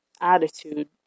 attitude